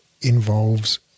involves